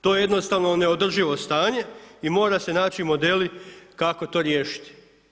To je jednostavno neodrživo stanje i mora se naći modeli kako to riješiti.